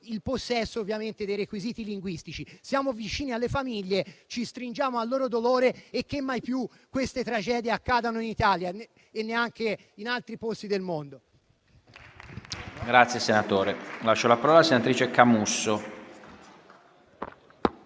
il possesso, ovviamente, dei requisiti linguistici. Siamo vicini alle famiglie, ci stringiamo al loro dolore e che mai più queste tragedie accadano, in Italia e neanche in altri posti del mondo.